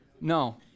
No